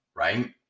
right